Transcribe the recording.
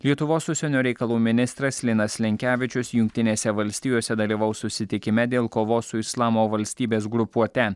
lietuvos užsienio reikalų ministras linas linkevičius jungtinėse valstijose dalyvaus susitikime dėl kovos su islamo valstybės grupuote